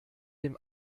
dem